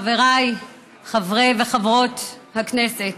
חבריי חברי וחברות הכנסת,